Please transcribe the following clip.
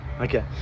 okay